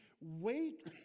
Wait